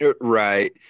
Right